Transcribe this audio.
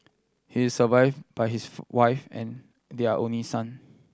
he is survived by his wife and their only son